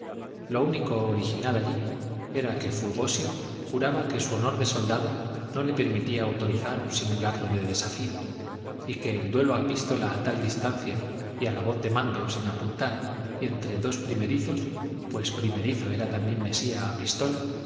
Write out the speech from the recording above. lo único original allí era que fulgosio juraba que su honor de soldado no le permitía autorizar un simulacro de desafío y que el duelo a pistola y a tal distancia y a la voz de mando sin apuntar y entre dos primerizos pues primerizo era también mesía a pistola